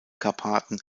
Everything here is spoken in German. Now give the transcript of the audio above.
karpaten